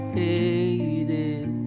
hated